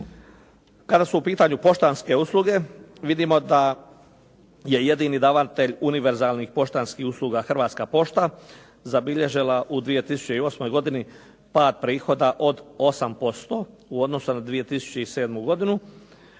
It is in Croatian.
Kada su u pitanju poštanske usluge vidimo da je jedini davatelj univerzalnih poštanskih usluga Hrvatska pošta zabilježila u 2008. godini pad prihoda od 8% u odnosu na 2007. godinu